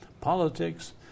politics